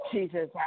Jesus